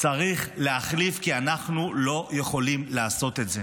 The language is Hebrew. צריך להחליף, כי אנחנו לא יכולים לעשות את זה.